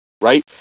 right